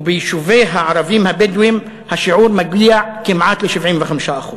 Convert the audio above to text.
וביישובי הערבים הבדואים השיעור מגיע כמעט ל-75%;